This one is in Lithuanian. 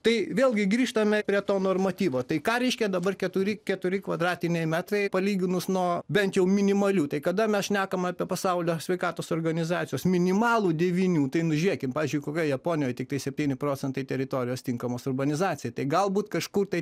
tai vėlgi grįžtame prie to normatyvo tai ką reiškia dabar keturi keturi kvadratiniai metrai palyginus nuo bent jau minimalių tai kada mes šnekam apie pasaulio sveikatos organizacijos minimalų devynių tai nu žėkim pavyzdžiui kokioj japonijoj tiktai septyni procentai teritorijos tinkamos urbanizacijai tai galbūt kažkur tai